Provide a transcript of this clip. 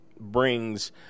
Brings